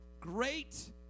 Great